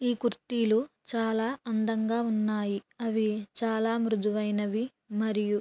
ఈ కుర్తీలు చాలా అందంగా ఉన్నాయి అవి చాలా మృదువైనవి మరియు